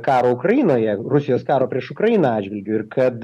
karo ukrainoje rusijos karo prieš ukrainą atžvilgiu ir kad